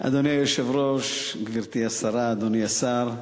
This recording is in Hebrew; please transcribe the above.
אדוני היושב-ראש, גברתי השרה, אדוני השר,